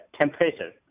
temperature